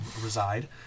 reside